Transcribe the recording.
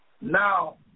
Now